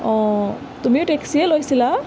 অঁ তুমিও টেক্সিয়ে লৈছিলা